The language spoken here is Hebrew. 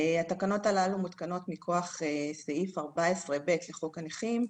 התקנות הללו מותקות מכוח סעיף 14/ב' לחוק הנכים,